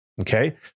Okay